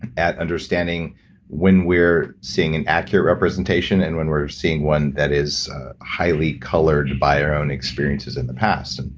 at understanding when we're seeing an accurate representation and when we're seeing one that is highly colored by our own experiences in the past. and